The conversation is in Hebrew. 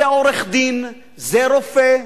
זה עורך-דין, זה רופא,